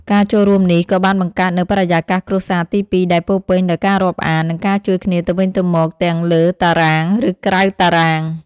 ការចូលរួមនេះ ក៏បានបង្កើតនូវបរិយាកាសគ្រួសារទីពីរដែលពោរពេញដោយការរាប់អាន និងការជួយគ្នាទៅវិញទៅមកទាំងលើតារាង ឬក្រៅតារាង។